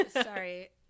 sorry